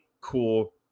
cool